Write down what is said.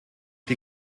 die